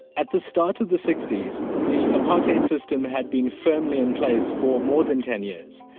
at the start of the sixty s, the apartheid system had been firmly in place for more than ten years,